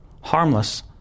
harmless